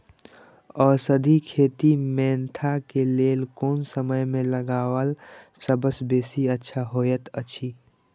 औषधि खेती मेंथा के लेल कोन समय में लगवाक सबसँ बेसी अच्छा होयत अछि?